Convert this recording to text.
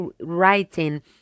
writing